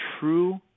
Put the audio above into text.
true